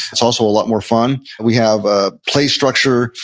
it's also a lot more fun we have a play structure.